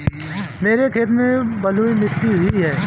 मेरे खेत में बलुई मिट्टी ही है